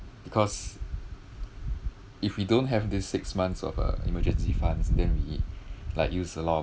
because if we don't have this six months of uh emergency funds then we like use a lot